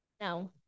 No